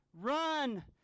run